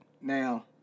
Now